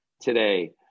today